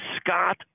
Scott